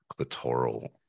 clitoral